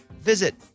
visit